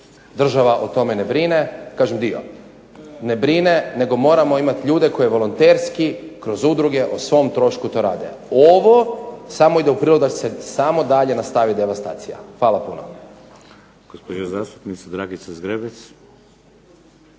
Država o tome ne brine. Kažem dio. Ne brine nego moramo imati ljude koji volonterski kroz udruge o svom ttrošku to rade. Ovo samo ide u prilog da se samo dalje nastavi devastacija. Hvala puno.